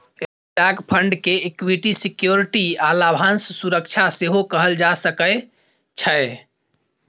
stock fund के equity security आ लाभांश सुरक्षा सेहो कहल जा सकइ छै